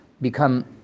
become